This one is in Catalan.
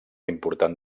important